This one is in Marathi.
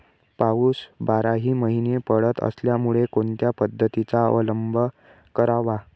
पाऊस बाराही महिने पडत असल्यामुळे कोणत्या पद्धतीचा अवलंब करावा?